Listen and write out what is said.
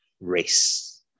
race